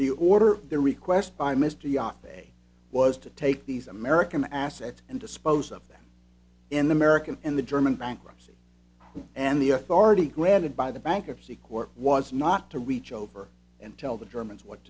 the order the request by mr yacht pay was to take these american assets and dispose of them in the american and the german bankruptcy and the authority granted by the bankruptcy court was not to reach over and tell the germans what